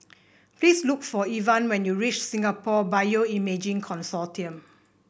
please look for Evan when you reach Singapore Bioimaging Consortium